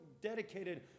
dedicated